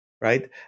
Right